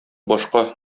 башка